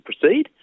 proceed